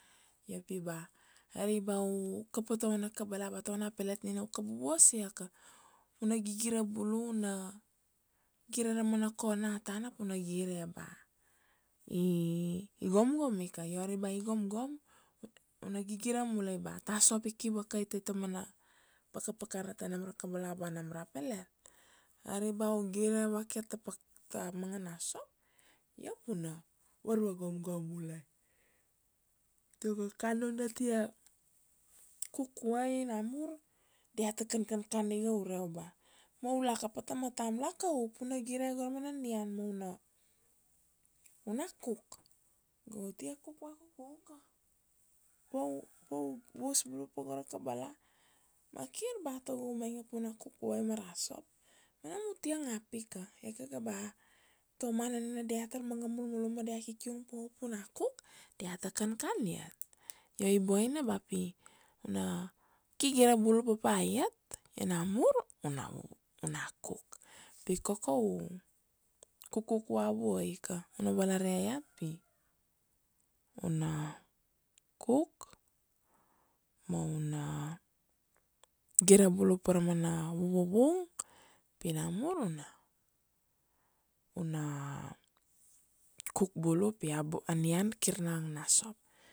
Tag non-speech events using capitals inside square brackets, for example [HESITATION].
Io pi ba ari ba u kapa ta vana kabala, ba ta vana pelet nina u kabu vuasia ika, u na gigira bulu na, gire ra mana kona tana pu na gire ba i gomgom ika, io ari ba i gomgom, u na gigira mulai ba ta sop i ki vakai tai ta mana paka pakana ta nam ra kabala ba nam ra pelet. Ari ba u gire vake ta [UNINTELLIGIBLE] ta manga na sop io pu na varva gomgom mulai. Tago kan u na tia cook vuai na mur dia ta kankan iga ure u, ba ma u laka pata matam laka u, pu na gire go ra mana nian ma u na, u na cook. Go u tia cook vakuku ka, pa u vuas bulu pa go ra kabala, ma kir ba tago u mainge pi u na cook guve ma ra sop, ma nam u tia ngap ika. Ia kaka ba ta u mana nina dia tar manga mulmulum ma dia kikiung pa u pu na cook, dia ta kankan iat. Io i boina ba pi u na gigira bula papa iat, io na mur u na, u na cook. Pi koko u coo-cook vuavuai ika, u na valaria iat pi u na cook ma u na gire bulu para mana vuvung, pi na mur u na [HESITATION] u na cook bulu pi [UNINTELLIGIBLE] anian kir na ang na sop.